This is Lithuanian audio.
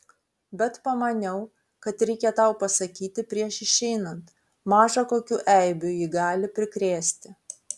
bet pamaniau kad reikia tau pasakyti prieš išeinant maža kokių eibių ji gali prikrėsti